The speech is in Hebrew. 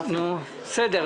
אדבר